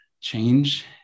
change